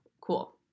cool